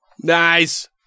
Nice